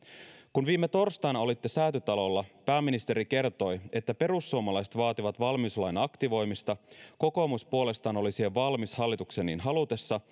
kun viime torstaina olitte säätytalolla pääministeri kertoi että perussuomalaiset vaativat valmiuslain aktivoimista kokoomus puolestaan oli siihen valmis hallituksen niin halutessa